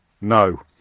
no